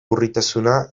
urritasuna